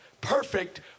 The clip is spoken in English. perfect